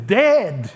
dead